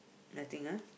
nothing ah